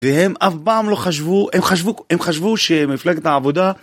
והם אף פעם לא חשבו, הם חשבו שהם מפלגת העבודה